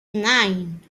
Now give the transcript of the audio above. nine